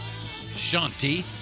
Shanti